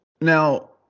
now